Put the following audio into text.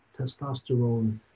testosterone